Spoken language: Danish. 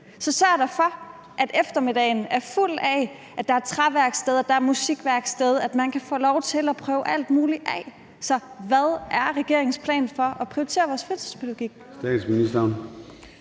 Så sørg da for, at der om eftermiddagen er træværksteder og musikværksteder, og at man kan få lov til at prøve alt muligt af. Så hvad er regeringens plan for at prioritere vores fritidspædagogik?